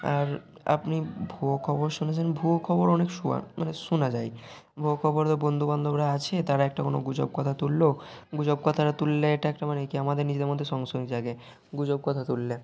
আর আপনি ভুয়ো খবর শুনেছেন ভুয়ো খবর অনেক শুয়া মানে শুনা যায় ভুয়ো খবরে বন্ধু বান্ধবরা আছে তারা একটা কোনও গুজব কথা তুললো গুজব কথাটা তুললে এটা একটা মানে কি আমাদের নিজেদের মধ্যে সংশয় জাগে গুজব কথা তুললে